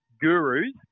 gurus